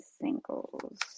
singles